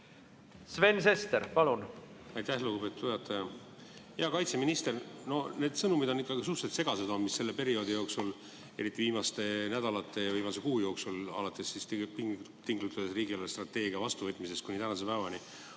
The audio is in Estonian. Sven Sester, palun!